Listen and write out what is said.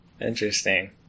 Interesting